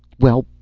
well,